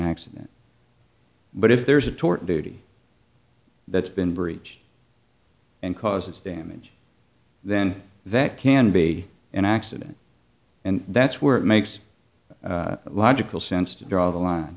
accident but if there's a tort duty that's been breached and causes damage then that can be an accident and that's where it makes logical sense to draw the line